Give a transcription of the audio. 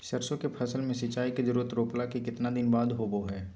सरसों के फसल में सिंचाई के जरूरत रोपला के कितना दिन बाद होबो हय?